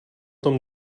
tom